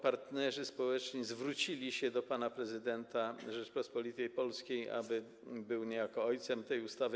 Partnerzy społeczni zwrócili się do pana prezydenta Rzeczypospolitej Polskiej, aby był niejako ojcem tej ustawy.